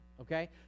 okay